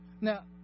Now